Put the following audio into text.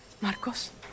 Marcos